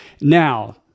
Now